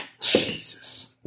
Jesus